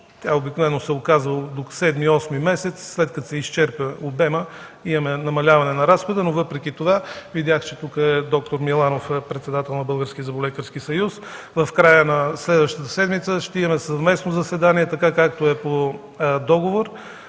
Тя обикновено се оказва до седми, осми месец. След като се изчерпа обемът имаме намаляване на разхода, но въпреки това – видях, че тук е д-р Миланов, председател на Българския зъболекарски съюз – в края на следващата седмица ще имаме съвместно заседание, както е по договор,